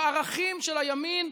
בערכים של הימין,